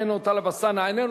איננו,